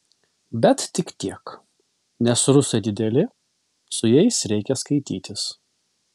bet tik tiek nes rusai dideli su jais reikia skaitytis